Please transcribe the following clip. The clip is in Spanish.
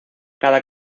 cada